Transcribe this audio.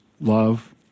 love